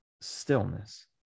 stillness